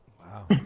Wow